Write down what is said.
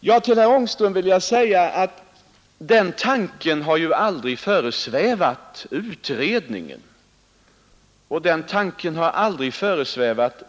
Till herr Äneuström vill jag säga att den tanken aldrig föresvävat vare sig utredningen.